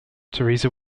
theresa